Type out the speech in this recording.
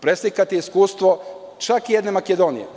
Preslikati iskustvo čak i jedne Makedonije.